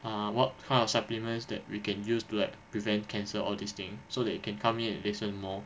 err what kind of supplements that we can use to like prevent cancer all these thing so that you can come in and listen more